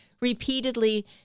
repeatedly